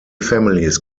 families